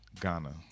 Ghana